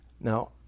Now